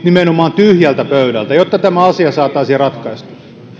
nimenomaan tyhjältä pöydältä jotta tämä asia saataisiin ratkaistua